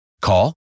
Call